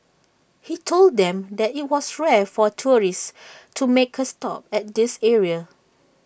he told them that IT was rare for tourists to make A stop at this area